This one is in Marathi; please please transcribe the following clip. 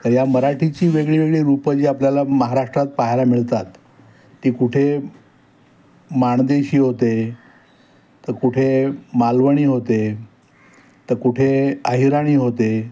तर या मराठीची वेगळी वेगळी रूपं जी आपल्याला महाराष्ट्रात पाहायला मिळतात ती कुठे माणदेशी होते तर कुठे मालवणी होते तर कुठे अहिराणी होते